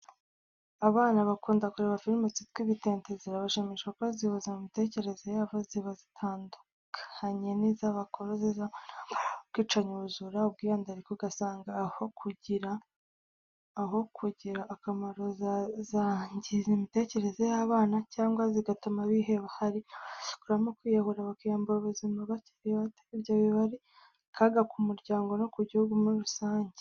Abana bakunda kureba filime zitwa ibitente, zirabashimisha kuko zihuza n'imitekerereze yabo, ziba zitandukanye n'iz'abakuru, zo zizamo: intambara, ubwicanyi, ubujura, ubwiyandarike, usanga aho kugira akamaro zangiza imitekerereze y'abana cyangwa zigatuma biheba, hari n'abakurizamo kwiyahura bakiyambura ubuzima bakiri bato. Ibyo biba ari akaga ku muryango no ku gihugu muri rusange.